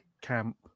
camp